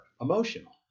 emotional